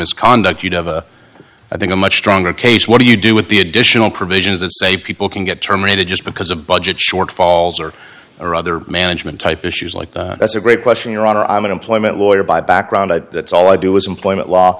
his conduct you'd have a i think a much stronger case what do you do with the additional provisions that say people can get terminated just because of budget shortfalls or are other management type issues like that's a great question your honor i'm an employment lawyer by background and that's all i do is employment law